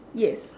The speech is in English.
yes